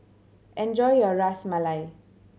enjoy your Ras Malai